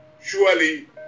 Surely